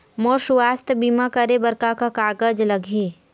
मोर स्वस्थ बीमा करे बर का का कागज लगही?